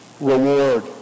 reward